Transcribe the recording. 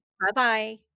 Bye-bye